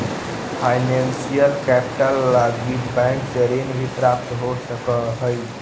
financial capital लगी bank से ऋण भी प्राप्त हो सकऽ हई